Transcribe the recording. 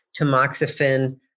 tamoxifen